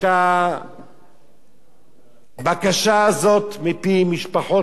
את הבקשה הזאת מפי משפחות רבות, ואומרים,